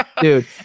Dude